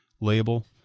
label